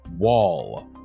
wall